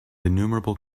innumerable